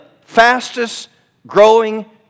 fastest-growing